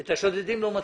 את השודדים לא מצאו.